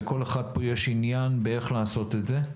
לכל אחד פה יש עניין באיך לעשות את זה.